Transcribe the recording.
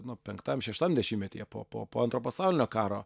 nu penktam šeštam dešimtmetyje po po po antro pasaulinio karo